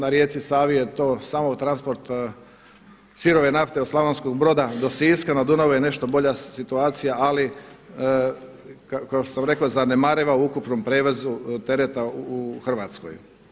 Na rijeci Savi je to samo transport sirove nafte od Slavonskog Broda do Siska, na Dunavu je nešto bolja situacija ali kao što sam rekao zanemariva u ukupnom prijevozu tereta u Hrvatskoj.